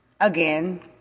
again